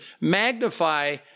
magnify